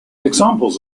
examples